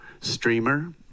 streamer